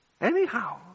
anyhow